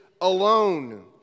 alone